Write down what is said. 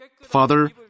Father